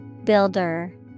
Builder